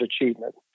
Achievement